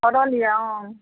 फरल यऽ आम